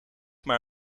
maar